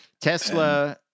Tesla